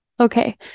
Okay